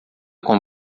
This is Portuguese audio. com